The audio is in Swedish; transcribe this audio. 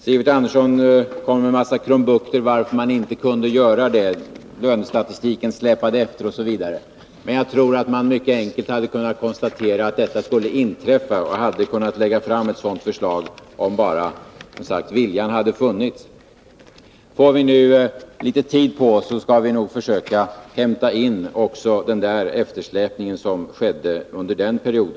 Sivert Andersson kom med en massa krumbukter när det gäller varför man inte kunde göra det — lönestatistiken släpade efter osv. Men jag tror att man mycket enkelt hade kunnat konstatera att detta skulle inträffa och hade kunnat lägga fram ett sådant förslag — om bara viljan hade funnits. Får vi nu litet tid på oss skall vi nog försöka hämta in också den eftersläpning som skedde under denna period.